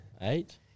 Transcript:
Eight